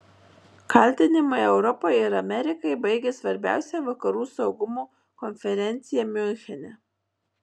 kaltinimai europai ir amerikai baigia svarbiausią vakarų saugumo konferenciją miunchene